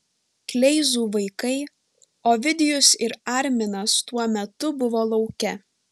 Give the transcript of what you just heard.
kleizų vaikai ovidijus ir arminas tuo metu buvo lauke